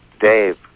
Dave